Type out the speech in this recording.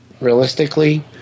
realistically